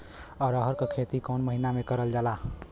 अरहर क खेती कवन महिना मे करल जाला?